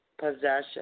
Possession